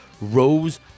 Rose